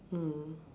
mm